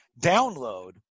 download